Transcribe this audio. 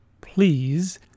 please